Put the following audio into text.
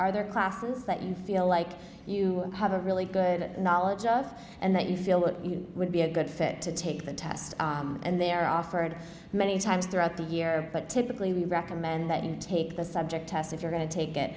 are there classes that and feel like you have a really good knowledge of and that you feel that you would be a good fit to take the test and they're offered many times throughout the year but typically we recommend that and take the subject test if you're going to take it